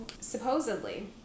Supposedly